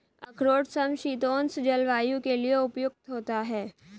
अखरोट समशीतोष्ण जलवायु के लिए उपयुक्त होता है